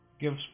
gives